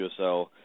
USL